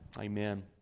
Amen